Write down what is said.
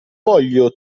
voglio